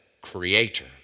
creator